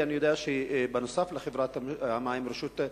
אני יודע שבנוסף לחברת החשמל,